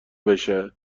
بشه